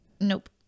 nope